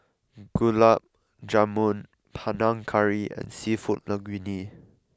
Gulab Jamun Panang Curry and Seafood Linguine